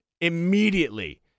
immediately